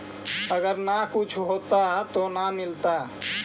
अगर न कुछ होता तो न मिलता?